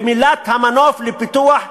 והמילים "מנוף לפיתוח",